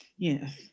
Yes